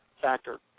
factor